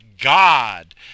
God